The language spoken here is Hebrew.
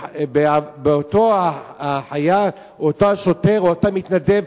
באותו השוטר או באותו מתנדב,